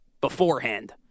beforehand